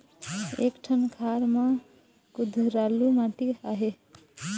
एक ठन खार म कुधरालू माटी आहे?